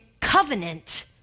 covenant